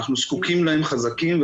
אנחנו זקוקים להם חזקים,